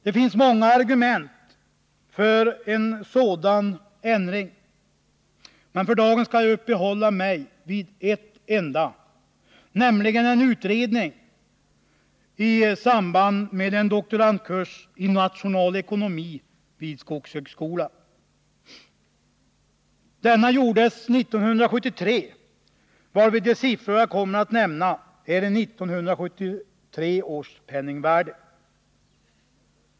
Det finns många argument för en sådan ändring, men för dagen skall jag uppehålla mig vid ett enda, och det gäller en utredning i samband med en doktorandkurs i nationalekonomi vid skogshögskolan. Denna gjordes 1973, varför de siffror jag kommer att nämna är i 1973 års penningvärde.